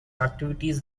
activities